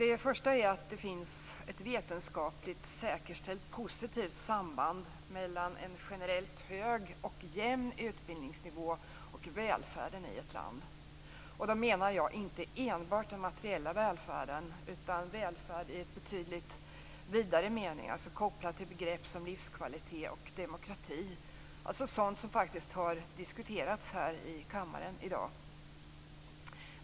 Det första är att det finns ett vetenskapligt positivt säkerställt samband mellan en generellt hög och jämn utbildningsnivå och välfärden i ett land. Jag menar då inte enbart den materiella välfärden, utan välfärd i en betydligt vidare mening, dvs. kopplad till begrepp som livskalitet och demokrati. Sådant som har diskuterats här i kammaren i dag.